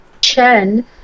Chen